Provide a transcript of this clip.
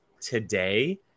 today